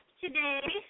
today